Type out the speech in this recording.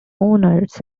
owners